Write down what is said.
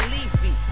Leafy